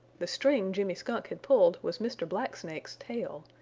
the string jimmy skunk had pulled was mr. black snake's tail,